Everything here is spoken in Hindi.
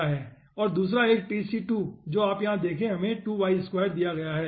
और दसूरा एक tc2 जो आप देखे हमें दिया गया है